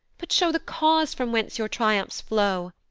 but show the cause from whence your triumphs flow?